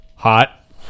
Hot